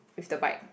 with the bike